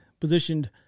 positioned